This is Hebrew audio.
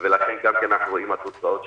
ולכן גם כן אנחנו רואים את התוצאות,